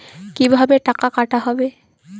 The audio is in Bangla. কিভাবে টাকা কাটা হবে?